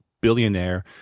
billionaire